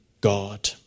God